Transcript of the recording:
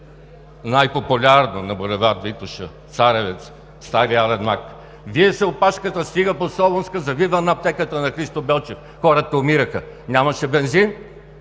най-популярната на булевард „Витоша“ – „Царевец“, старият „Ален мак“, вие се опашката, стига до „Солунска“, завива на аптеката на „Христо Белчев“. Хората умираха, нямаше бензин